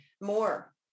more